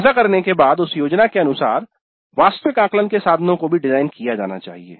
ऐसा करने के बाद उस योजना के अनुसार वास्तविक आकलन के साधनों को भी डिजाइन किया जाना चाहिए